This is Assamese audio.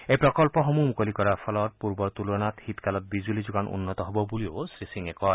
এই প্ৰকল্পসমূহ মুকলি কৰাৰ ফলত পূৰ্বৰ তুলনাত শীতকালত বিজুলী যোগান উন্নত হব বুলিও শ্ৰীসিঙে কয়